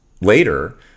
later